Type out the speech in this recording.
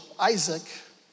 Isaac